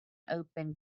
open